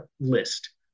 list